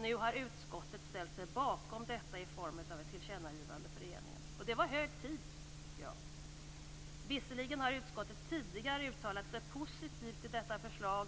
Nu har utskottet ställt sig bakom detta i form av ett tillkännagivande för regeringen. Jag tycker att det var hög tid. Visserligen har utskottet tidigare uttalat sig positivt till detta förslag.